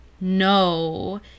no